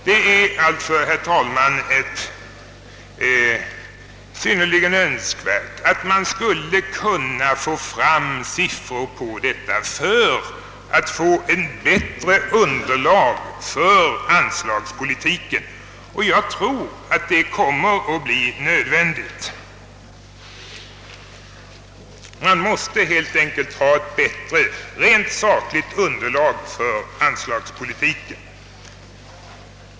Det är alltså, herr talman, synnerligen önskvärt att man skulle kunna få fram siffror på detta för att få fram ett bättre underlag för anslagspolitiken, och jag tror att det kommer att bli nödvändigt. Man måste helt enkelt ha ett bättre rent sakligt underlag för anslagspolitiken.